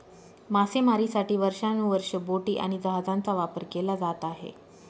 मासेमारीसाठी वर्षानुवर्षे बोटी आणि जहाजांचा वापर केला जात आहे